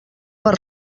per